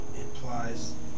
implies